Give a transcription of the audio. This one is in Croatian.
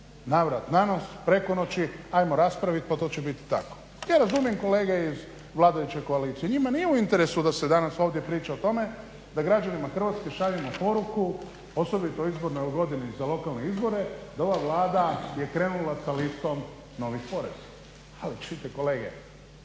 navrat nanos, preko noći ajmo raspravit pa to će biti tako. Ja razumijem kolege iz vladajuće koalicije, njima nije u interesu da se danas ovdje priča o tome da građanima Hrvatske šaljemo poruku, osobito u izbornoj godini za lokalne izbore, da ova Vlada je krenula sa listom novih poreza. Ali čujte kolege